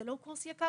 כי זה לא קורס יקר,